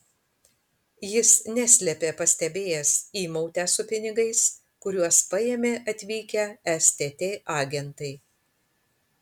jis neslėpė pastebėjęs įmautę su pinigais kuriuos paėmė atvykę stt agentai